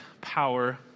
power